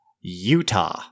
Utah